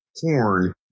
porn